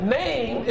name